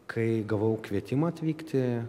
kai gavau kvietimą atvykti